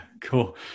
cool